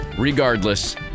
Regardless